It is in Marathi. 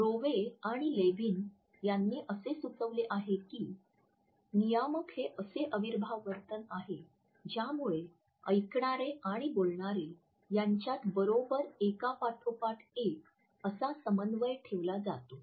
रोवे आणि लेव्हिन यांनी असे सुचवले आहे की नियामक हे असे अविर्भाव वर्तन आहे ज्यामुळे ऐकणारे आणि बोलणारे यांच्यात बरोबर एकापाठोपाठ एक असा समन्वय ठेवला जातो